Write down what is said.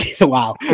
wow